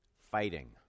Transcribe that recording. fighting